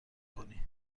کنی